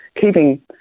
keeping